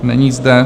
Není zde.